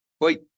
wait